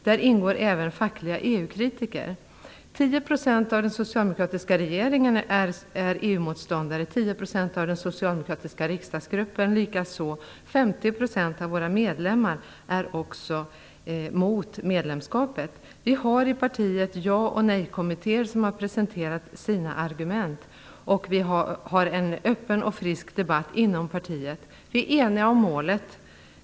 Där ingår även fackliga EU-kritiker. 10 % av den socialdemokratiska regeringen är EU-motståndare, 10 % av den socialdemokratiska riksdagsgruppen likaså. 50 % av våra medlemmar är också mot medlemskapet. Vi har i partiet ja och nejkommittéer som har presenterat sina argument, och vi har en öppen och frisk debatt. Vi är eniga om målet.